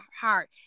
heart